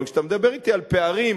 אבל כשאתה מדבר אתי על פערים,